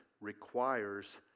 requires